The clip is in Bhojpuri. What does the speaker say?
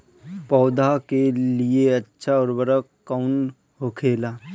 पौधा के लिए अच्छा उर्वरक कउन होखेला?